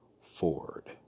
Ford